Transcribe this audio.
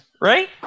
Right